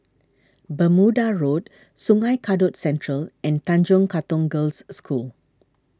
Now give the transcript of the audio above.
Bermuda Road Sungei Kadut Central and Tanjong Katong Girls' School